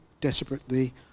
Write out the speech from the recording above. desperately